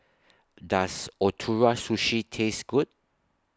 Does Ootoro Sushi Taste Good